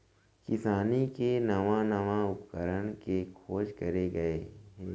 किसानी के नवा नवा उपकरन के खोज करे गए हे